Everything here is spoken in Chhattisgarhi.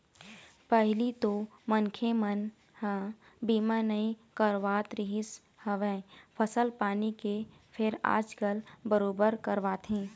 पहिली तो मनखे मन ह बीमा नइ करवात रिहिस हवय फसल पानी के फेर आजकल बरोबर करवाथे